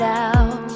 out